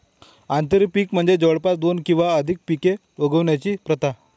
आंतरपीक म्हणजे जवळपास दोन किंवा अधिक पिके उगवण्याची प्रथा